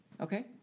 Okay